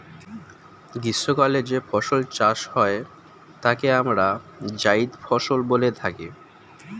গ্রীষ্মকালে যে ফসল চাষ হয় তাকে আমরা জায়িদ ফসল বলে থাকি